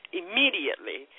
immediately